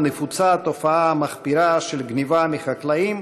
נפוצה התופעה המחפירה של גנבות מחקלאים,